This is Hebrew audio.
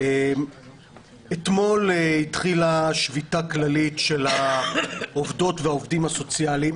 אתמול התחילה שביתה כללית של העובדות והעובדים הסוציאליים